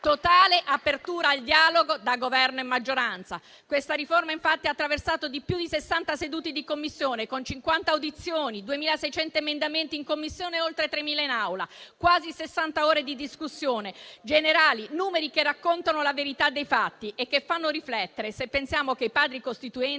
Totale apertura al dialogo da Governo e maggioranza: questa riforma, infatti, ha attraversato più di 60 sedute di Commissione, con 50 audizioni, 2.600 emendamenti in Commissione e oltre 3.000 in Aula, quasi sessanta ore di discussione generale: numeri che raccontano la verità dei fatti e che fanno riflettere, se pensiamo che i Padri costituenti